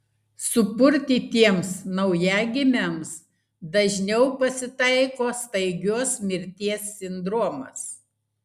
supurtytiems naujagimiams dažniau pasitaiko staigios mirties sindromas